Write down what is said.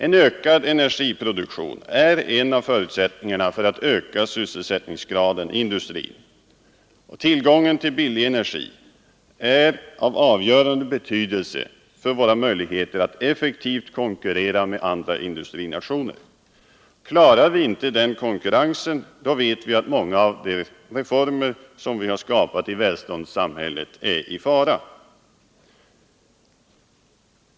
En ökad energiproduktion är en av förutsättningarna för att öka sysselsättningsgraden i industrin. Tillgången till billig energi är av avgörande betydelse för våra möjligheter att effektivt konkurrera med andra industrinationer. Klarar vi inte den konkurrensen, då vet vi att många av de reformer som vi genomfört i välståndssamhället är i fara.